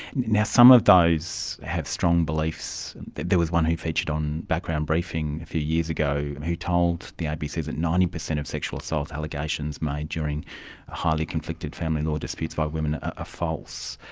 some of those have strong beliefs. there was one who featured on background briefing a few years ago and who told the abc that ninety percent of sexual assault allegations made during highly conflicted family law disputes by women are ah false.